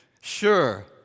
Sure